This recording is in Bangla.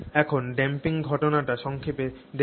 এখন আমরা ড্যাম্পিং ঘটনাটি সংক্ষেপে দেখব